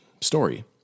story